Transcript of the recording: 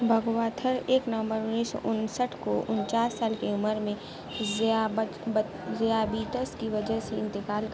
بھگواتھر ایک نومبر انیس سو انسٹھ کو انچاس سال کی عمر میں ذیابیطس کی وجہ سے انتقال کر گئے